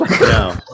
No